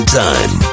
time